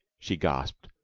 she gasped,